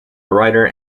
writer